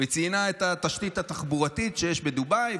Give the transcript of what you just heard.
וציינה את התשתית התחבורתית שיש בדובאי,